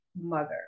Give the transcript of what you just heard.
mother